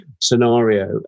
scenario